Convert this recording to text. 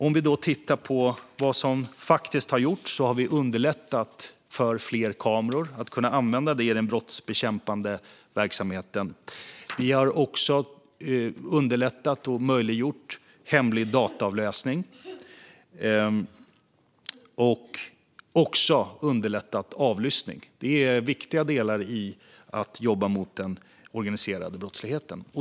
Om vi tittar på vad som faktiskt har gjorts har vi underlättat för att kunna använda fler kameror i den brottsbekämpande verksamheten. Vi har underlättat och möjliggjort hemlig dataavläsning, och vi har även underlättat avlyssning. Det är viktiga delar i att jobba mot den organiserade brottsligheten.